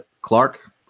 clark